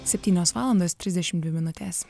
septynios valandos trisdešimt dvi minutės